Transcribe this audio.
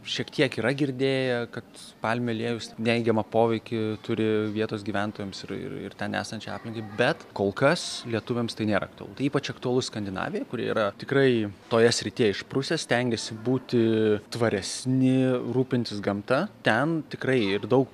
šiek tiek yra girdėję kad palmių aliejus neigiamą poveikį turi vietos gyventojams ir ir ten esančiai aplinkai bet kol kas lietuviams tai nėra aktualu ypač aktualu skandinavijoj kuri yra tikrai toje srityje išprusę stengiasi būti tvaresni rūpintis gamta ten tikrai ir daug